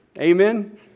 Amen